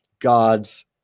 God's